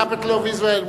the capital of Israel,